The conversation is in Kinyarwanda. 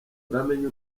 uramenye